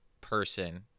person